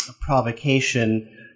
provocation